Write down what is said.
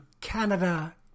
Canada